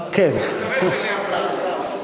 הוא מצטרף אליה פשוט.